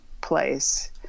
place